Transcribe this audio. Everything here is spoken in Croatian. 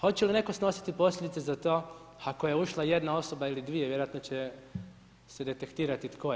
Hoće li netko snositi posljedice za to, ako je ušla jedna osoba ili dvije, vjerojatno će se detektirati tko je.